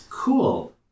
Cool